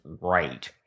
right –